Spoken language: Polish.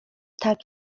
tak